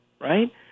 right